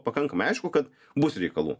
pakankamai aišku kad bus reikalų